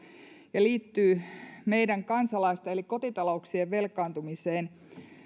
ja liittyy meidän kansalaisten eli kotitalouksien velkaantumiseen